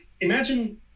imagine